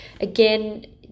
Again